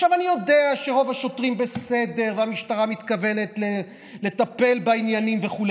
אני יודע שרוב השוטרים בסדר והמשטרה מתכוונת לטפל בעניינים וכו',